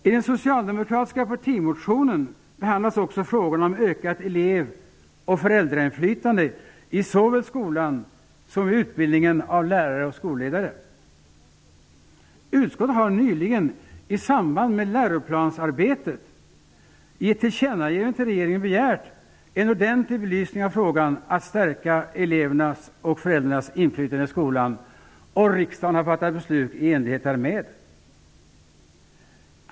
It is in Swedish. I den socialdemokratiska partimotionen behandlas också frågorna om ökat elev och föräldrainflytande i såväl skolan som i utbildningen av lärare och skolledare. Utskottet har nyligen i samband med läroplansarbetet i ett tillkännagivande till regeringen begärt en ordentlig belysning av frågan om att stärka elevernas och föräldrarnas inflytande i skolan, och riksdagen har fattat beslut i enlighet härmed.